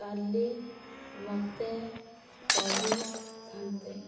କାଲି ମୋତେ କହିଥାନ୍ତେ